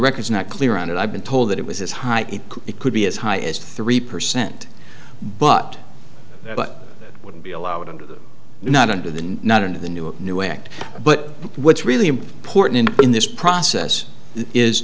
records not clear on it i've been told that it was his height it could be as high as three percent but it wouldn't be allowed to not under the not in the new new act but what's really important in this process is